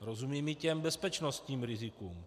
Rozumím i těm bezpečnostním rizikům.